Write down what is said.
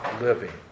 living